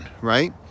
right